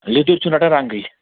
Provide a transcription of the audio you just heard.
لیٚدٕر چھِنہٕ رَٹان رنٛگٕے